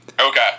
Okay